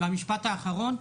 משפט אחרון,